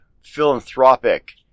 philanthropic